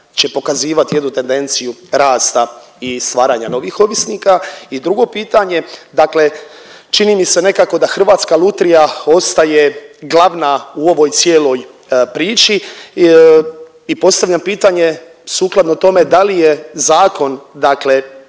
će pokazivati jednu tendenciju rasta i stvaranja novih ovisnika. I drugo pitanje, dakle čini mi se nekako da Hrvatska lutrija ostaje glavna u ovoj cijeloj priči i postavljam pitanje sukladno tome, da li je zakon dakle